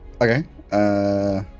Okay